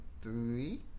three